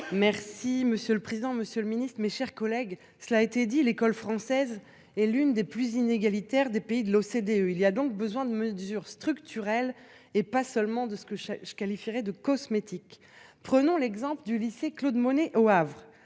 Merci monsieur le président, Monsieur le Ministre, mes chers collègues, cela a été dit l'école française est l'une des plus inégalitaires des pays de l'OCDE, il y a donc besoin de mesures structurelles et pas seulement de ce que je qualifierais de cosmétiques. Prenons l'exemple du lycée Claude Monet au Havre